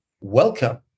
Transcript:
Welcome